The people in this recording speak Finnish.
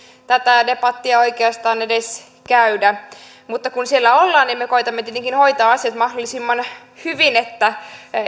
tätä debattia oikeastaan edes käydä mutta kun siellä ollaan niin me koetamme tietenkin hoitaa asiat mahdollisimman hyvin että